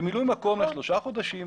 במילוי מקום לשלושה חודשים,